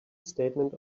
statement